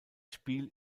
spiel